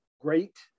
great